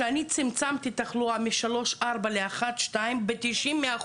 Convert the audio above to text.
שאני צמצמתי את התחלואה מ-3,4 ל-1,2 ב-90%